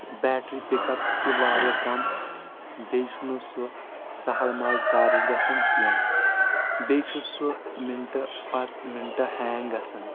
battery pick up تہِ واریاہ کم بییٚہِ چھُ نہٕ سُہ سہل مہل چارٕج گژھان کینٛہہ بییٚہِ چھُ سُہ منٚٹہٕ پتہٕ منٚٹہٕ ہیٚنگ گژھان